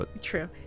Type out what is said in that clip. True